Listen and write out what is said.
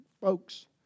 folks